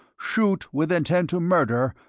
shoot, with intent to murder,